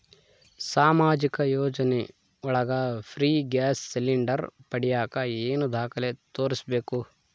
ಸಾಮಾಜಿಕ ಯೋಜನೆ ಒಳಗ ಫ್ರೇ ಗ್ಯಾಸ್ ಸಿಲಿಂಡರ್ ಪಡಿಯಾಕ ಏನು ದಾಖಲೆ ತೋರಿಸ್ಬೇಕು?